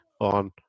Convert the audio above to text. on